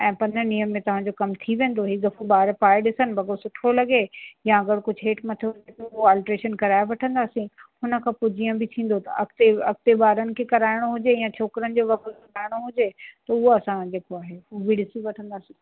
ऐं पंद्रहनि ॾींहंनि में तव्हांजो कमु थी वेंदो हिक़ु दफ़ो ॿार पाए ॾिसनि वॻो सुठो लॻे या अगरि कुझु हेठ मथे थियो त ऑल्ट्रेशन कराए वठंदासीं हुन खां पोइ जीअं बि थींदो त अॻिते अॻिते ॿारनि खे कराइणो हुजे या छोकिरियुनि जे वॻो सिबाइणो हुजे त उहा असां जेको आहे हू बि ॾिसी वठंदासीं